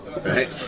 right